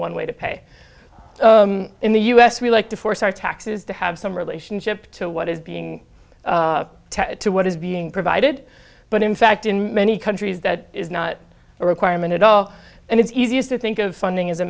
one way to pay in the us we like to force our taxes to have some relationship to what is being attached to what is being provided but in fact in many countries that is not a requirement at all and it's easiest to think of funding as a